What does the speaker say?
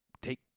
take